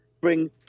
bring